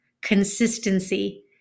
Consistency